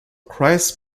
christ